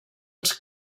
els